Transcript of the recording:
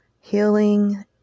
healing